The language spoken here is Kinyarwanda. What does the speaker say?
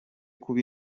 kuba